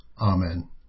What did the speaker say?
Amen